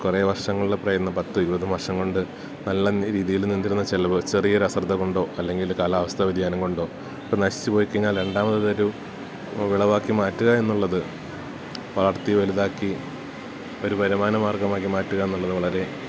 കുറേ വർഷങ്ങളുടെ പ്രയത്നം പത്തും ഇരുപതും വർഷംകൊണ്ട് നല്ല രീതിയില് നിന്നിരുന്ന ചെലവ് ചെറിയൊരശ്രദ്ധകൊണ്ടോ അല്ലെങ്കില് കാലാവസ്ഥാ വ്യതിയാനംകൊണ്ടോ ഇത് നശിച്ചു പോയിക്കഴിഞ്ഞാല് രണ്ടാമതൊരു വിളവാക്കി മാറ്റുക എന്നുള്ളത് വളർത്തി വലുതാക്കി ഒരു വരുമാന മാർഗ്ഗമാക്കി മാറ്റുക എന്നുള്ളതു വളരേ